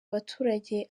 abaturage